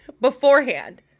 beforehand